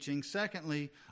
Secondly